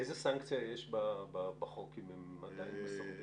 איזה סנקציה יש בחוק אם הם עדיין מסרבים?